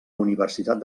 universitat